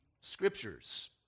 scriptures